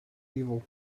evil